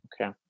okay